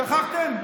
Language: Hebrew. שכחתם?